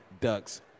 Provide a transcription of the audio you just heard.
Ducks